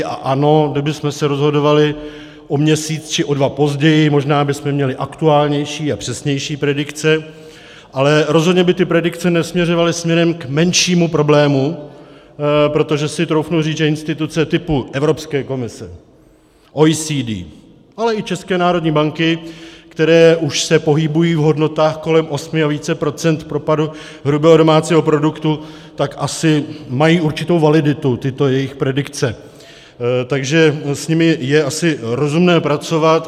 A ano, kdybychom se rozhodovali o měsíc či o dva později, možná byste měli aktuálnější a přesnější predikce, ale rozhodně by ty predikce nesměřovaly směrem k menšímu problému, protože si troufnu říct, že instituce typu Evropské komise, OECD, ale i České národní banky, které už se pohybují v hodnotách kolem osmi a více procent propadu hrubého domácího produktu, tak asi mají určitou validitu tyto jejich predikce, takže s nimi je asi rozumné pracovat.